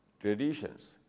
traditions